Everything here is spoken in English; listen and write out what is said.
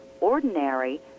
ordinary